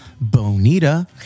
Bonita